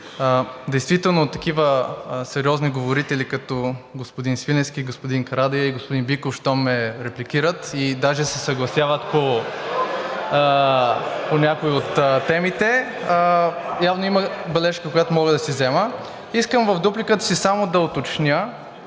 Действително такива сериозни говорители, като господин Свиленски, господин Карадайъ и господин Биков, щом ме репликират и даже се съгласяват… (шум и викове: „Еее!“) …по някои от темите, явно, има бележка, която мога да си взема. Искам в дупликата си само да уточня,